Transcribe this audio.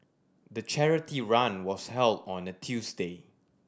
the charity run was held on a Tuesday